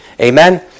Amen